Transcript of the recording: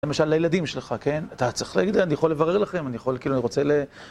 למשל, לילדים שלך, כן? אתה צריך להגיד, אני יכול לברר לכם, אני יכול, כאילו, אני רוצה ל...